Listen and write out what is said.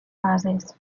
fases